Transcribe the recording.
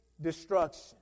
destruction